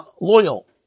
loyal